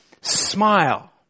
smile